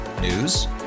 News